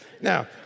Now